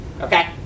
okay